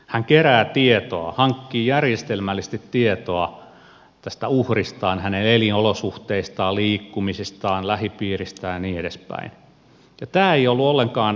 hän kerää tietoa hankkii järjestelmällisesti tietoa tästä uhristaan hänen elinolosuhteistaan liikkumisistaan lähipiiristään ja niin edespäin